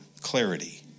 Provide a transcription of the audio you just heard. clarity